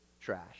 trash